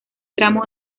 tramo